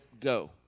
go